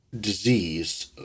disease